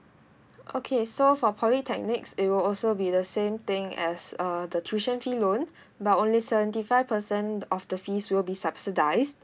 okay so for polytechnics it will also be the same thing as uh the tuition fee loan but only seventy five percent of the fees will be subsidise